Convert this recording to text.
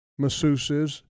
masseuses